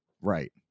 Right